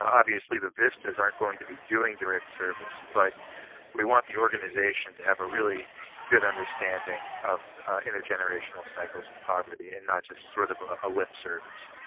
obviously the vistas aren't going to be doing direct service, but we want the organization to have a really good understanding of intergenerational cycles of poverty and not just sort of ah a lip service.